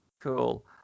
Cool